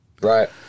Right